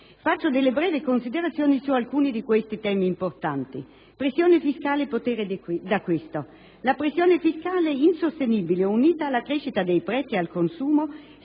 Faccio delle brevi considerazioni su alcuni di questi temi importanti. Pressione fiscale e potere d'acquisto. La pressione fiscale insostenibile unita alla crescita dei prezzi al consumo